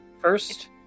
first